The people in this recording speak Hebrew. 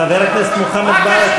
חבר הכנסת מוחמד ברכה.